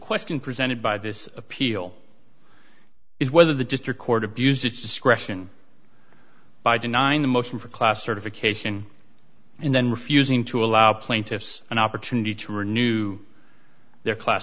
question presented by this appeal is whether the just record abused its discretion by denying the motion for class certification and then refusing to allow plaintiffs an opportunity to renew their class